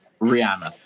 Rihanna